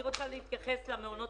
אני רוצה להתייחס למעונות